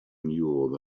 knew